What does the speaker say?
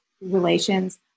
relations